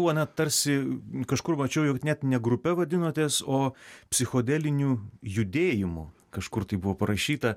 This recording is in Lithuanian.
buvo net tarsi kažkur mačiau jau net ne grupe vadinotės o psichodeliniu judėjimu kažkur tai buvo parašyta